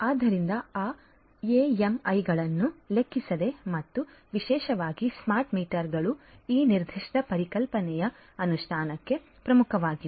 ಆದ್ದರಿಂದ ಆ ಎಎಂಐಗಳನ್ನು ಲೆಕ್ಕಿಸದೆ ಮತ್ತು ವಿಶೇಷವಾಗಿ ಸ್ಮಾರ್ಟ್ ಮೀಟರ್ಗಳು ಈ ನಿರ್ದಿಷ್ಟ ಪರಿಕಲ್ಪನೆಯ ಅನುಷ್ಠಾನಕ್ಕೆ ಪ್ರಮುಖವಾಗಿವೆ